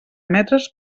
metres